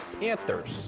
Panthers